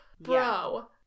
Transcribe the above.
Bro